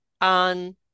on